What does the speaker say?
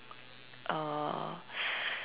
uh